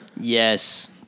Yes